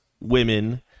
women